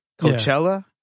Coachella